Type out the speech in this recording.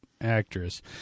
actress